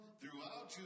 throughout